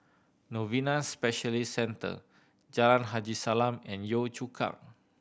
Novena Specialist Centre Jalan Haji Salam and Yio Chu Kang